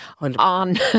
on